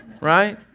Right